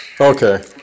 okay